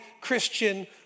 Christian